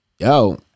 Yo